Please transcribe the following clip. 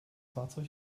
fahrzeug